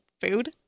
food